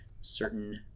certain